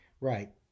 Right